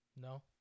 No